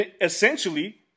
essentially